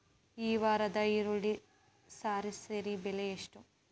ಈ ವಾರದ ಈರುಳ್ಳಿ ಸರಾಸರಿ ಬೆಲೆ ಎಷ್ಟು?